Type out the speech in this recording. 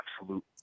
absolute